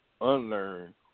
Unlearn